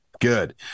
Good